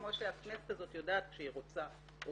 כמו שהכנסת הזאת יודעת כשהיא רוצה או